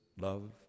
love